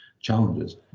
challenges